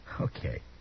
Okay